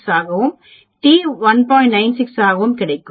96 ஆகவோ கிடைக்கும்